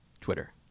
Twitter